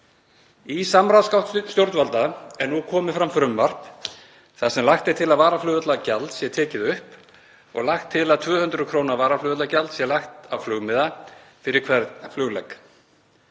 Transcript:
Í samráðsgátt stjórnvalda er nú komið fram frumvarp þar sem lagt er til að varaflugvallagjald sé tekið upp og lagt til að 200 kr. varaflugvallagjald sé lagt á flugmiða fyrir hvern fluglegg.